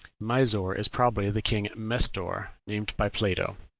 misor is probably the king mestor named by plato.